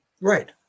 Right